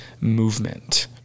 movement